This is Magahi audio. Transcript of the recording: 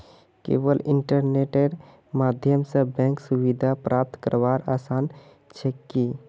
केवल इन्टरनेटेर माध्यम स बैंक सुविधा प्राप्त करवार आसान छेक की